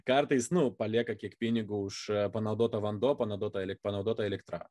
kartais nu palieka kiek pinigų už panaudotą vanduo panaudotą panaudotą elektrą